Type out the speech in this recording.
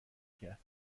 کرد